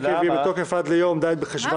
ההרכב יהיה בתוקף עד ליום ד' בחשון